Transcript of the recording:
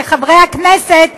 לחברי הכנסת,